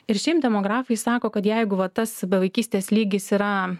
ir šiaip demografai sako kad jeigu va tas bevaikystės lygis yra